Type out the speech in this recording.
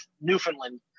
Newfoundland